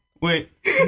Wait